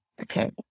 Okay